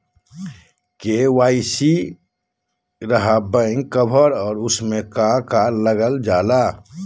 KYC रहा back cover और उसमें का का लागल जाला?